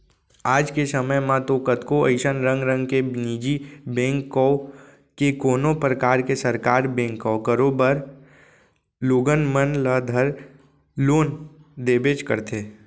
आज के समे म तो कतको अइसन रंग रंग के निजी बेंक कव के कोनों परकार के सरकार बेंक कव करोबर लोगन मन ल धर लोन देबेच करथे